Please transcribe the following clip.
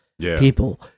people